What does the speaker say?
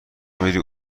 میری